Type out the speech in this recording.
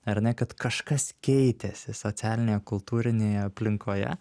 ar ne kad kažkas keitėsi socialinėje kultūrinėje aplinkoje